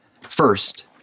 first